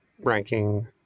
ranking